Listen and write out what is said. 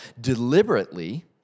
deliberately